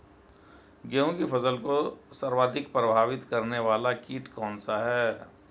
गेहूँ की फसल को सर्वाधिक प्रभावित करने वाला कीट कौनसा है?